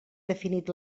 definit